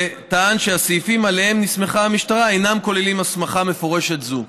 וטען שהסעיפים שעליהם נסמכה המשטרה אינם כוללים הסמכה מפורשת זו.